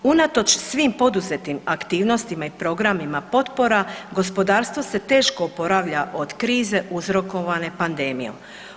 Unatoč svim poduzetim aktivnostima i programima potpora, gospodarstvo se teško oporavlja od krize uzrokovane pandemijom.